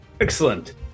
excellent